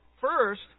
First